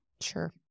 Sure